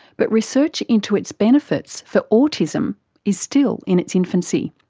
but research into its benefits for autism is still in its infancy.